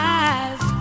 eyes